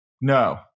No